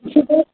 सुबह